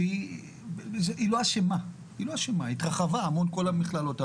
היא לא אשמה, היא התרחבה, כל המכללות היום.